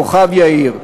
כוכב-יאיר.